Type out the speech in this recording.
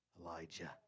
Elijah